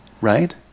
right